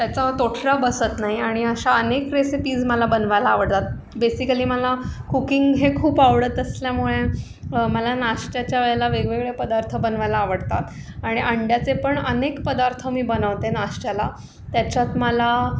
त्याचा तोठरा बसत नाही आणि अशा अनेक रेसिपीज मला बनवायला आवडतात बेसिकली मला कुकिंग हे खूप आवडत असल्यामुळे मला नाश्त्याच्या वेळेला वेगवेगळे पदार्थ बनवायला आवडतात आणि अंड्याचे पण अनेक पदार्थ मी बनवते नाश्त्याला त्याच्यात मला